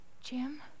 Jim